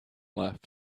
left